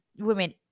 women